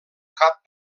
cap